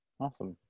Awesome